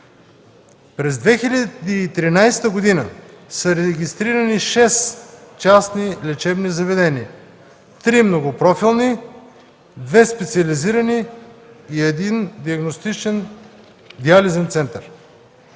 През 2013 г. са регистрирани шест частни лечебни заведения – три многопрофилни, две специализирани и един диагностичен диализен център.